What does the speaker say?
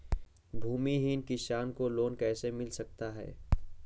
भूमिहीन किसान को लोन कैसे मिल सकता है?